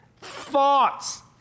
thoughts